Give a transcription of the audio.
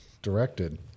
directed